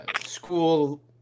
school